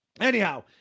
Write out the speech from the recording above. anyhow